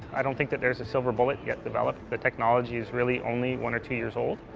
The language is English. i don't think that there's a silver bullet yet developed. the technology is really only one or two years old.